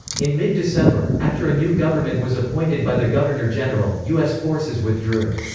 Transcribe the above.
in mid-december, after a new government was appointed by the governor-general, u s. forces withdrew.